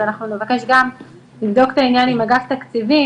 אז אנחנו נבקש גם לבדוק את העניין עם אגף תקציבים,